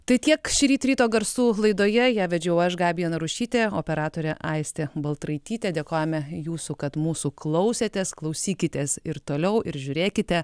tai tiek šįryt ryto garsų laidoje ją vedžiau aš gabija narušytė operatore aistė baltraitytė dėkojame jūsų kad mūsų klausėtės klausykitės ir toliau ir žiūrėkite